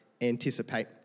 anticipate